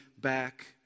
back